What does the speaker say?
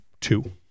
two